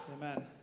Amen